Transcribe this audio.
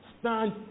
Stand